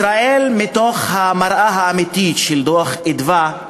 ישראל, מתוך המראה האמיתית של דוח "מרכז אדוה"